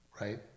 Right